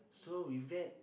so with that